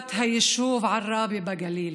ילידת היישוב עראבה בגליל.